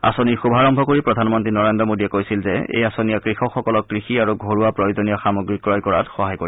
আঁচনিৰ শুভাৰম্ভ কৰি প্ৰধানমন্নী নৰেন্দ্ৰ মোদীয়ে কৈছিল যে এই আঁচনিয়ে কৃষকসকলক কৃষি আৰু ঘৰুৱা প্ৰয়োজনীয় সামগ্ৰী ক্ৰয় কৰাত সহায় কৰিব